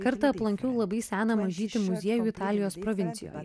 kartą aplankiau labai seną mažytį muziejų italijos provincijoj